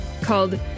called